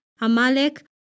Amalek